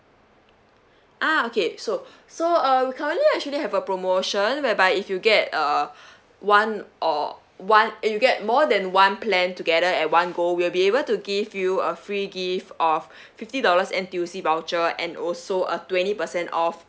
ah okay so so uh currently we actually have a promotion whereby if you get uh one or one you get more than one plan together at one go we'll be able to give you a free gift of fifty dollars N_T_U_C voucher and also a twenty percent off